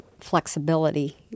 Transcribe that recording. flexibility